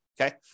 Okay